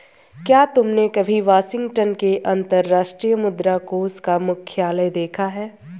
क्या तुमने कभी वाशिंगटन में अंतर्राष्ट्रीय मुद्रा कोष का मुख्यालय देखा है?